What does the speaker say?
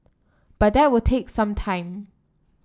but that will take some time